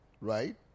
right